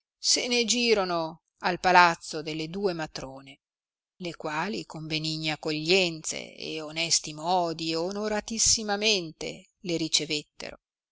se ne girono al palazzo delle due matrone le quali con benigne accoglienze e onesti modi onoratissimamente le ricevettero